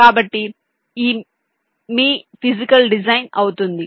కాబట్టి ఇది మీ ఫిజికల్ డిజైన్ అవుతుంది